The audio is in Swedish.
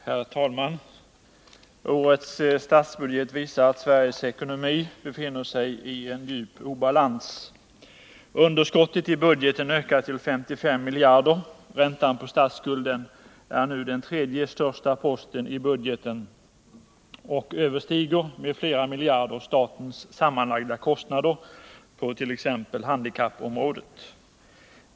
Herr talman! Årets statsbudget visar att Sveriges ekonomi befinner sig i djup obalans. Underskottet i budgeten ökar till 55 miljarder. Räntan på statsskulden är nu den tredje största posten i budgeten och överstiger med flera miljarder statens sammanlagda kostnader på t.ex. handikappområdet.